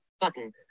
button